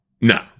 no